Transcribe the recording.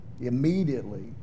immediately